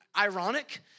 ironic